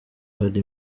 hari